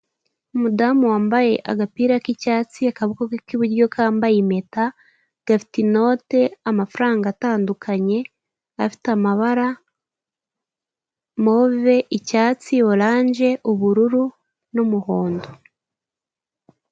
Umudamu wambaye agapira k'icyatsi akaboko ke k'iburyo kambaye impeta; gafite inote amafaranga atandukanye afite amabara move, icyatsi, orange, ubururu n'umuhondo.